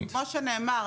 כמו שנאמר,